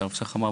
שהרב שך אמר.